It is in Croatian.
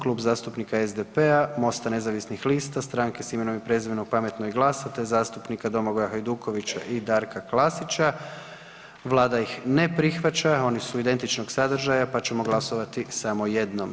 Klub zastupnika SDP-a, MOST-a nezavisnih lista, Stranke s imenom i prezimenom, Pametnog i GLAS-a, te zastupnika Domagoja Hajdukovića i Darka Klasića, vlada ih ne prihvaća, oni su identičnog sadržaja, pa ćemo glasovati samo jednom.